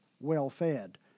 well-fed